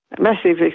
Massive